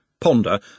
Ponder